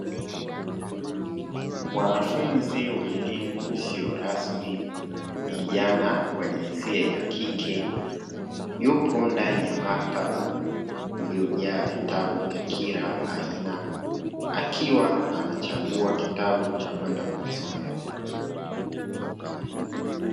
Mwanafunzi wa elimu isiyo rasmi kijana wa jinsia ya kike yupo ndani ya maktaba, iliyojaa vitabu vya kila aina akiwa anachagua kitabu cha kwenda kujisomea.